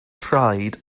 traed